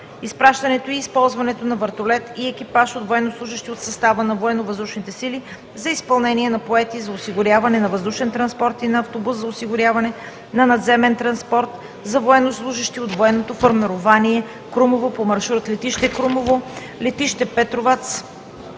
Изпращането и използването на вертолет и екипаж от военнослужещи от състава на Военновъздушните сили за изпълнение на полети за осигуряване на въздушен транспорт и на автобус за осигуряване на надземен транспорт за военнослужещи от военното формирование – Крумово, по маршрут: летище Крумово, летище Петровац